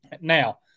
Now